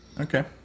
Okay